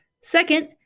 Second